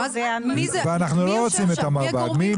אבל אנחנו לא רוצים את המרב"ד.